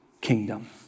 kingdom